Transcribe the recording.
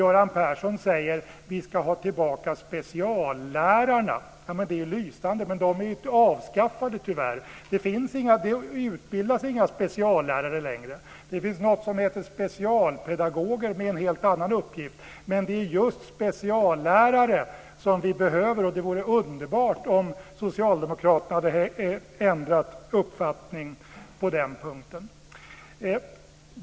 Göran Persson säger att vi ska ha tillbaka speciallärarna. Det är lysande! Men de är tyvärr avskaffade. Det utbildas inga speciallärare längre. Det finns något som heter specialpedagoger, med en helt annan uppgift, men det är just speciallärare som vi behöver. Det vore underbart om Socialdemokraterna hade ändrat uppfattning på den punkten.